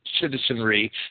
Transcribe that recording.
citizenry